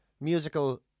musical